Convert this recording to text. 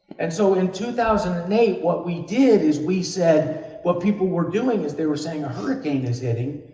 and so in two thousand and eight, what we did is we said what people were doing is they were saying a hurricane is heading,